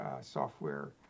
software